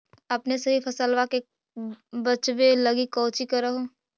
अपने सभी फसलबा के बच्बे लगी कौची कर हो?